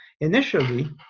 initially